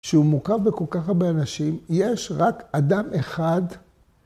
שהוא מורכב בכל כך הרבה אנשים, יש רק אדם אחד